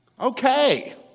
Okay